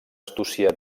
astúcia